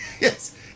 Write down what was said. Yes